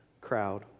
crowd